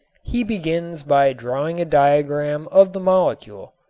he begins by drawing a diagram of the molecule,